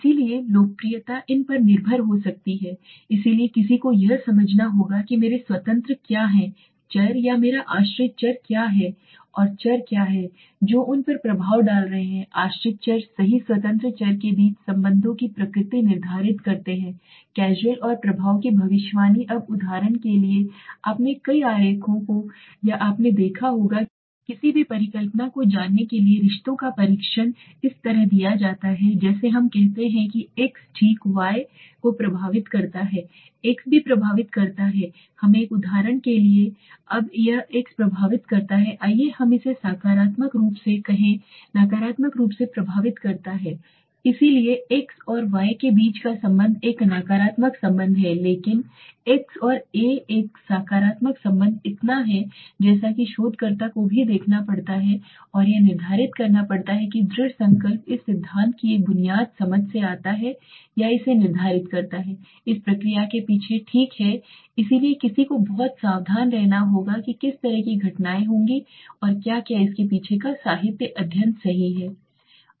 इसलिए लोकप्रियता इन पर निर्भर हो सकती है इसलिए किसी को यह समझना होगा कि मेरे स्वतंत्र क्या हैं चर या मेरा आश्रित चर क्या है और चर क्या हैं जो उन पर प्रभाव डाल रहे हैं आश्रित चर सही स्वतंत्र चर के बीच संबंधों की प्रकृति निर्धारित करते हैं कैज़ुअल और प्रभाव की भविष्यवाणी अब उदाहरण के लिए आपने कई आरेखों को या आपने देखा होगा किसी भी परिकल्पना को जानने के लिए रिश्तों का परीक्षण इस तरह दिया जाता है जैसे हम कहते हैं कि x ठीक y और को प्रभावित करता है एक्स भी प्रभावित करता है हमें एक उदाहरण के लिए कहें अब यह एक्स प्रभावित करता है आइए हम इसे सकारात्मक रूप से कहें नकारात्मक रूप से प्रभावित करता है इसलिए x और y के बीच का संबंध एक नकारात्मक संबंध है लेकिन x और a एक है सकारात्मक संबंध इतना है कि जैसा कि शोधकर्ता को भी देखना पड़ता है और यह निर्धारित करना पड़ता है दृढ़ संकल्प इस सिद्धांत की एक बुनियादी समझ से आता है या इसे निर्धारित करता है इस प्रक्रिया के पीछे ठीक है इसलिए किसी को बहुत सावधान रहना होगा कि किस तरह की घटनाएं होंगी और क्या क्या इसके पीछे का साहित्य अध्ययन सही है